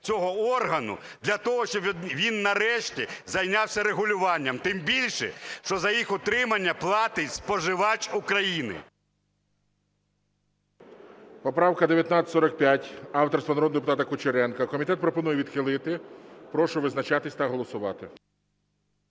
цього органу для того, щоб він нарешті зайнявся регулюванням? Тим більше, що за їх утримання платить споживач України.